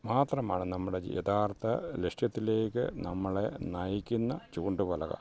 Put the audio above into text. മാത്രമാണ് നമ്മുടെ ജീ യഥാർത്ഥ ലക്ഷ്യത്തിലേക്കു നമ്മളെ നയിക്കുന്ന ചൂണ്ട് പലക